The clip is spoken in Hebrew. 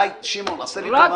די, שמעון, עשה לי טובה.